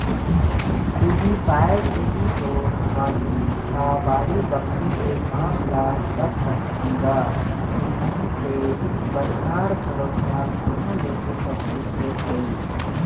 उही पाय के ही तो हमन ह बाड़ी बखरी के काम ल कर सकत हन गा नइते बनिहार भरोसा कहाँ ले हो सकतिस रे भई